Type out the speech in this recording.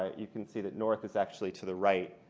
you can see that north is actually to the right.